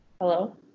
Hello